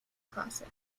classic